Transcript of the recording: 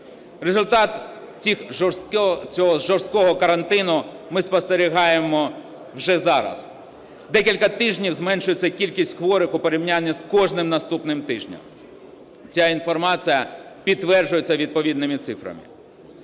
Результат цього жорсткого карантину ми спостерігаємо вже зараз. Декілька тижнів зменшується кількість хворих у порівнянні з кожним наступним тижнем. Ця інформація підтверджується відповідними цифрами.